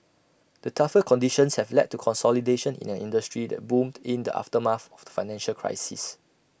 the tougher conditions have led to consolidation in an industry that boomed in the aftermath of the financial crisis